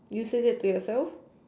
did you say that to yourself